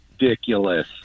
ridiculous